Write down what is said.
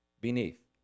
beneath